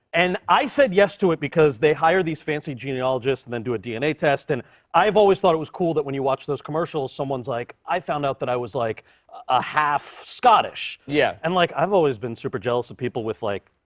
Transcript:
and i said yes to it because they hire these fancy genealogists and then do a dna test, and i've always thought it was cool that when you watch those commercials, someone's like, i found out that i was like a half scottish. yeah. and, like, i've always been super jealous of people with, like,